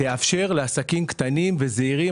שתאפשר לעסקים קטנים וזעירים,